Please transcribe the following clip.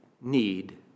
Need